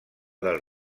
del